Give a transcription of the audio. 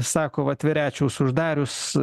sako va tverečiaus uždarius